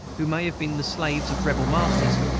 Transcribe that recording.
who may have been the slaves of rebel masters,